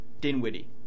Dinwiddie